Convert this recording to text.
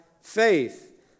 faith